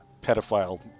pedophile